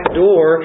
door